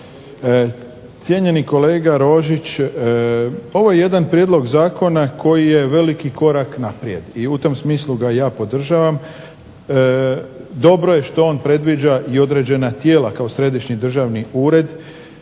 Cijenjeni kolega Rožić, ovo je jedan prijedlog zakona koji je veliki korak naprijed i u tom smislu ga ja podržavam. Dobro je što on predviđa i određena tijela kao Središnji državni ured.